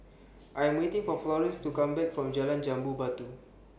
I Am waiting For Florene to Come Back from Jalan Jambu Batu